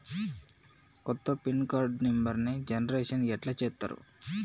కొత్త pin card నెంబర్ని generation ఎట్లా చేత్తరు?